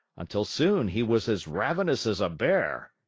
until soon he was as ravenous as a bear.